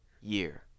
year